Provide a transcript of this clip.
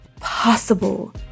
possible